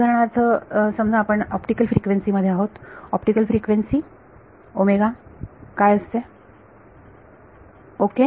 उदाहरणार्थ समजा आपण ऑप्टिकल फ्रिक्वेन्सी मध्ये आहोत ऑप्टिकल फ्रिक्वेन्सी ओमेगा काय असतो ओके